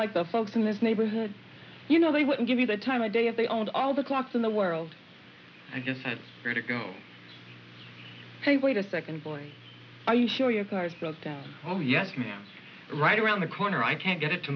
like the folks in this neighborhood you know they wouldn't give you the time of day if they owned all the clocks in the world i just going to go hey wait a second boy are you sure your car slowed down oh yes ma'am it's right around the corner i can't get